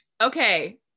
okay